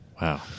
wow